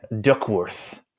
Duckworth